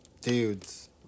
dudes